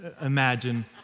imagine